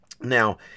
now